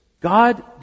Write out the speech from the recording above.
God